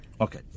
Okay